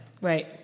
Right